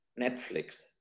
Netflix